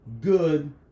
good